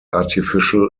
artificial